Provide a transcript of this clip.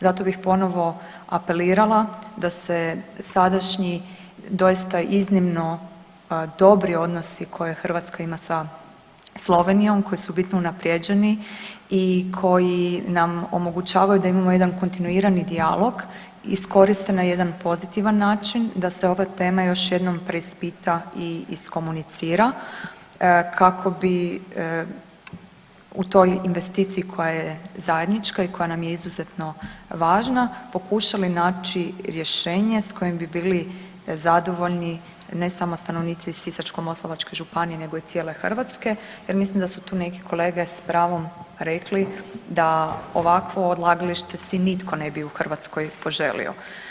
Zato bih ponovo apelirala da se sadašnji doista iznimno dobri odnosi koje Hrvatska ima sa Slovenijom, koji su bitno unaprijeđeni i koji nam omogućavaju da imamo jedan kontinuirani dijalog iskoriste na jedan pozitivan način da se ova tema još jednom preispita i iskomunicira kako bi u toj investiciji koja je zajednička i koja nam je izuzetno važna pokušali naći rješenje s kojim bi bili zadovoljni ne samo stanovnici Sisačko-moslavačke županije nego i cijele Hrvatske jer mislim da su tu neki kolege s prvom rekli da ovakvo odlagalište si nitko ne bi u Hrvatskoj poželio.